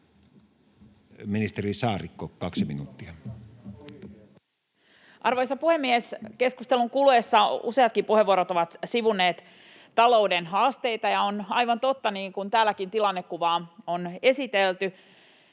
Ministeri Saarikko, 2 minuuttia. Arvoisa puhemies! Keskustelun kuluessa useatkin puheenvuorot ovat sivunneet talouden haasteita. On aivan totta, niin kuin täälläkin tilannekuvaa on esitelty,